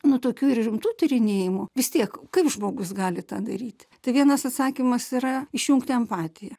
nu tokių ir rimtų tyrinėjimų vis tiek kaip žmogus gali tą daryti tai vienas atsakymas yra išjungti empatiją